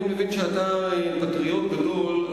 אני מבין שאתה פטריוט גדול,